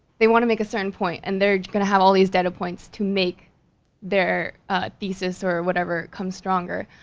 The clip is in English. they wanna make a certain point, and they're gonna have all these data points to make their thesis or whatever comes stronger.